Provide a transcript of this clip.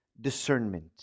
discernment